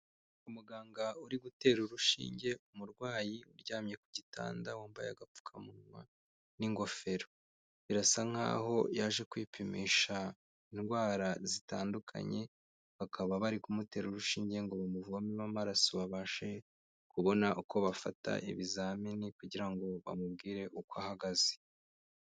Umuganga uri gutera urushinge umurwayi uryamye ku gitanda wambaye agapfukamunwa n'ingofero, birasa nkaho yaje kwipimisha indwara zitandukanye, bakaba bari kumutera urushinge ngo bamuvomemo amaraso babashe kubona uko bafata ibizamini kugira ngo bamubwire uko ahagaze.